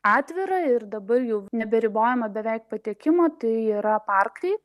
atvira ir dabar jau neberibojama beveik patekimo tai yra parkai